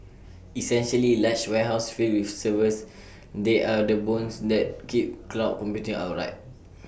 essentially large warehouses filled with servers they are the bones that keep cloud computing upright